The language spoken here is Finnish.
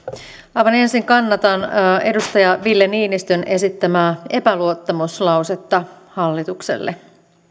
aivan ensin kannatan edustaja ville niinistön esittämää epäluottamuslausetta hallitukselle